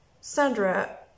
Sandra